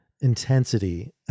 intensity